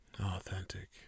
Authentic